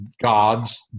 God's